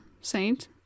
saint